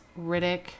Riddick